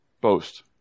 boast